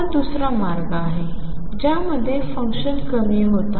हा दुसरा मार्ग आहे ज्यामध्ये फंक्शन कमी होत आहे